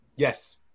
Yes